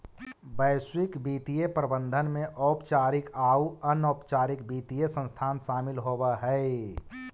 वैश्विक वित्तीय प्रबंधन में औपचारिक आउ अनौपचारिक वित्तीय संस्थान शामिल होवऽ हई